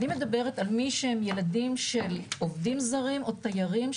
אני מדברת על מי שהם ילדים של עובדים זרים או תיירים,